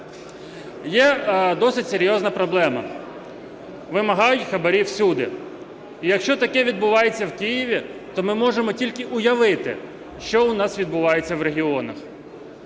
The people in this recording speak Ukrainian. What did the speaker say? Є досить серйозна проблема – вимагають хабарі всюди. І якщо таке відбувається в Києві, то ми можемо тільки уявити, що у нас відбувається в регіонах.